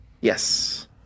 Yes